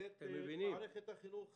את מערכת החינוך המיוחד.